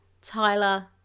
Tyler